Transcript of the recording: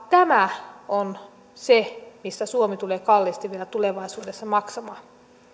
tämä on se mistä suomi tulee kalliisti vielä tulevaisuudessa maksamaan